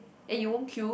eh you won't queue